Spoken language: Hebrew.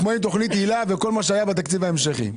כמו עם תוכנית הילה וכל מה שהיה בתקציב ההמשכי.